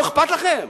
לא אכפת לכם?